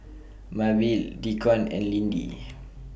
Mabelle Deacon and Lindy